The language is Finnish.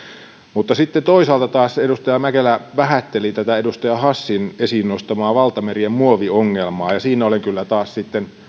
mutta sitten toisaalta taas edustaja mäkelä vähätteli tätä edustaja hassin esiin nostamaa valtamerien muoviongelmaa ja siinä olen kyllä taas sitten